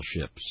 ships